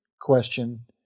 question